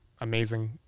Amazing